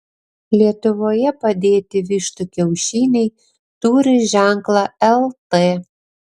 lietuvoje padėti vištų kiaušiniai turi ženklą lt